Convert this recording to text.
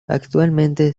actualmente